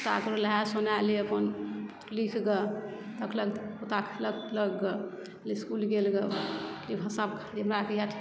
ता नहा सुना लै अपन लिख गे लिखलक पोता खेलक पिलक गे इसकुल गेल गे ई भाषा खाली हमराके इएह ठेठी